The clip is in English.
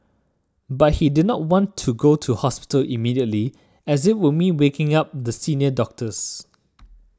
but he did not want to go to hospital immediately as it would mean waking up the senior doctors